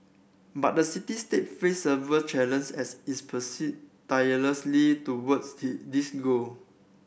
but the city state face several challenge as it persist tirelessly towards this goal